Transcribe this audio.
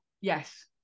Yes